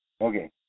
Okay